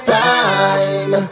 time